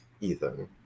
ethan